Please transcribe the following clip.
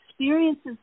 Experiences